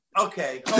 Okay